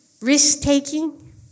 risk-taking